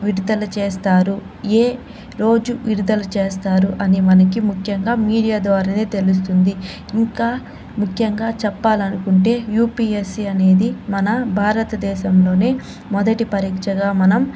విడుదల చేస్తారు ఏ రోజు విడుదల చేస్తారు అని మనకి ముఖ్యంగా మీడియా ద్వారానే తెలుస్తుంది ఇంకా ముఖ్యంగా చెప్పాలనుకుంటే యూపీఎస్సీ అనేది మన భారతదేశంలోని మొదటి పరీక్షగా మనం